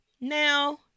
now